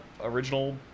original